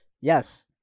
Yes